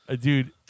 dude